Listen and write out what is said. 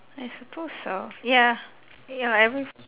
I suppose so ya ya every